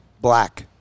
Black